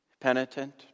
penitent